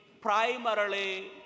primarily